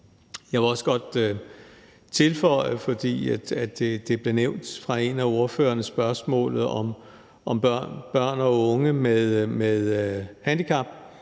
Jeg vil også godt tilføje – for det blev nævnt af en af ordførerne – at i spørgsmålet om børn og unge med handicap